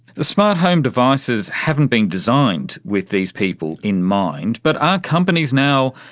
the smart home devices haven't been designed with these people in mind, but are companies now,